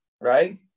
right